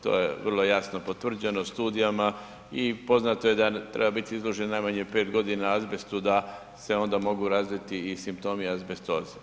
To je je vrlo jasno potvrđeno studijama i poznato je da treba biti izloženo najmanje 5 godina azbestu da se onda mogu razviti i simptomi azbestoze.